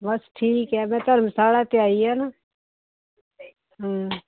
ਬਸ ਠੀਕ ਹੈ ਮੈਂ ਧਰਮਸ਼ਾਲਾ ਤਾਂ ਆਈ ਆ ਨਾ ਹਮ